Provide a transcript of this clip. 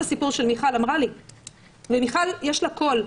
הסיפור של מיכל אמרה לי - למיכל יש קול,